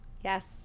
Yes